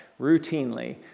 routinely